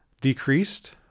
decreased